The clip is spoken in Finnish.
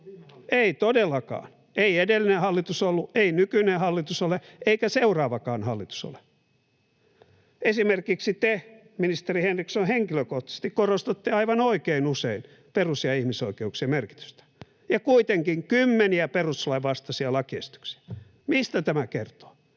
Ei todellakaan — ei edellinen hallitus ollut, ei nykyinen hallitus ole, eikä seuraavaan hallitus ole. Esimerkiksi te, ministeri Henriksson, henkilökohtaisesti korostatte aivan oikein usein perus- ja ihmisoikeuksien merkitystä, ja kuitenkin kymmeniä perustuslain vastaisia lakiesityksiä. Mistä tämä kertoo?